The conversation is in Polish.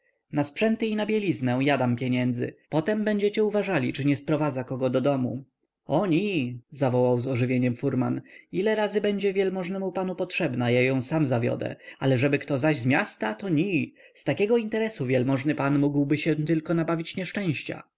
na sprzęty i na bieliznę ja dam pieniędzy potem będziecie uważali czy nie sprowadza kogo do domu o ni zawołał z ożywieniem furman ile razy będzie wielmożnemu panu potrzebna ja ją sam zawiodę ale żeby kto zaś z miasta to ni z takiego interesu wielmożny pan mógłby się tylko nabawić nieszczęścia